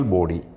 Body